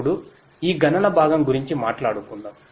ఇప్పుడు ఈ గణన భాగం గురించి మాట్లాడుకుందాం